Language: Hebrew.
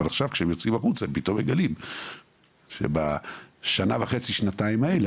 ועכשיו כשהם יצאו החוצה הם פתאום מגלים שבשנה וחצי-שנתיים האלה